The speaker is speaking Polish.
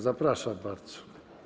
Zapraszam bardzo.